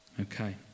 Okay